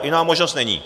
Jiná možnost není.